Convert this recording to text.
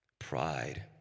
Pride